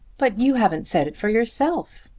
but you haven't said it for yourself!